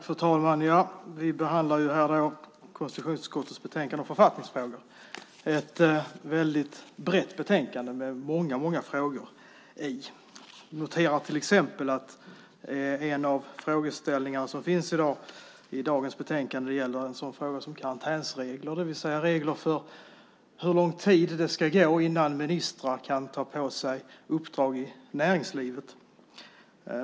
Fru talman! Vi behandlar nu konstitutionsutskottets betänkande om författningsfrågor - ett väldigt brett betänkande där väldigt många frågor tas upp. Jag noterar till exempel att en av frågeställningarna i dagens betänkande gäller karantänsregler, det vill säga regler för hur lång tid som ska gå innan ministrar kan ta på sig uppdrag i näringslivet.